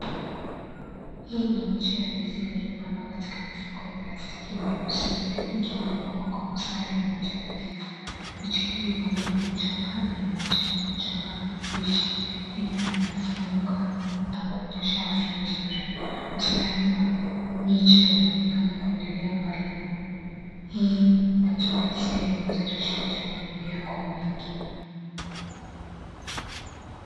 Hii ni miche ya ndizi iliyopandwa katika mifuko ya plastiki mieusi ikiwa imepangwa kwa mstari mmoja nadhifu miche hii bado ni michanga ikiwa na majani machanga na mabichi yakiwa yamefungwa na kuonyesha afya nzuri , mstari wa miche unaonekana kuendelea mbali na hii inatoa hisia ya uzalishaji wa mimea kwa wingi.